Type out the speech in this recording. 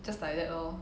just like that lor